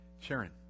Sharon